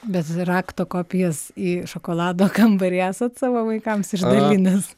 bet rakto kopijas į šokolado kambarį esat savo vaikams išdalinęs